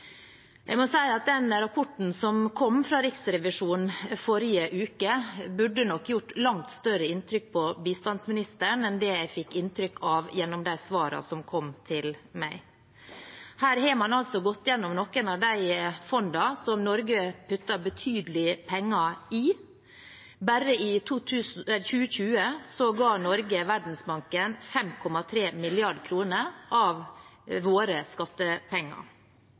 Jeg må si at den rapporten som kom fra Riksrevisjonen forrige uke, burde gjort langt større inntrykk på bistandsministeren enn det jeg fikk inntrykk av gjennom de svarene som kom til meg. Her har man altså gått gjennom noen av de fondene som Norge puttet betydelig med penger i. Bare i 2020 ga Norge Verdensbanken 5,3 mrd. kr av våre skattepenger.